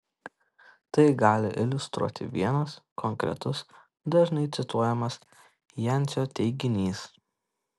tai gali iliustruoti vienas konkretus dažnai cituojamas jancio teiginys